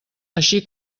així